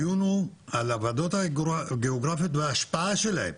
הדיון הוא על הוועדות הגיאוגרפיות וההשפעה שלהן